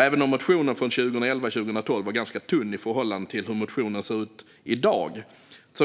Även om motionen från 2011/12 är ganska tunn i förhållande till hur motioner på området ser ut i dag